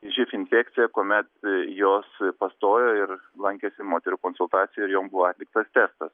živ infekcija kuomet jos pastojo ir lankėsi moterų konsultacijoje ir jom buvo atliktas testas